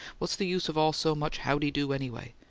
what's the use of all so much howdy-do, anyway?